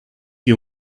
you